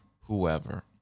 whoever